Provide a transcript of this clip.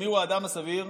ומיהו האדם הסביר?